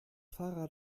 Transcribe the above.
fahrrad